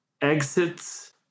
exits